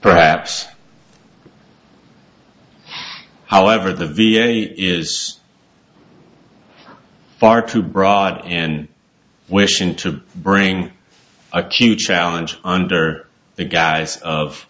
perhaps however the v a is far too broad and wishing to bring a key challenge under the guise of